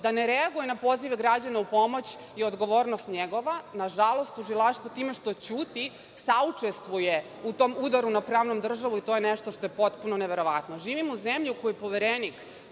da ne reaguje na poziv građana u pomoć je odgovornost njegova. Na žalost, tužilaštvo time što ćuti saučestvuje u tom udaru na pravnu državu i to je nešto što je potpuno neverovatno. Živimo u zemlji u kojoj Poverenik